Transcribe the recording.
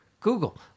Google